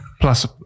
plus